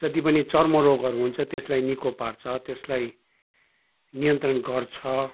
जति पनि चर्म रोगहरू हुन्छ त्यसलाई निको पार्छ त्यसलाई नियन्त्रण गर्छ